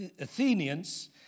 Athenians